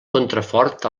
contrafort